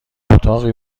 اتاقی